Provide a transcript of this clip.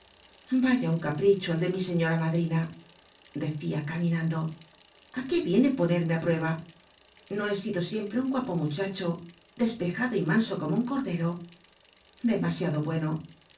a un capricho el de mi cnma madrina decía camijjantlo a qué viene ponerme á prueba io he ido icmpre ull guapo muchacho tll jltjado lll iii o como un tontcro dema iado bueno